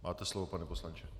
Máte slovo, pane poslanče.